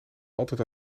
altijd